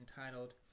entitled